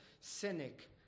cynic